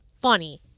funny